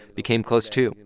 became close too.